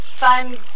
find